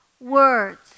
words